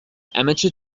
amateur